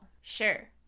Sure